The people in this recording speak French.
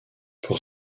pour